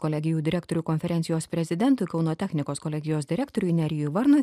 kolegijų direktorių konferencijos prezidentui kauno technikos kolegijos direktoriui nerijui varnui